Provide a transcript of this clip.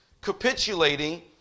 capitulating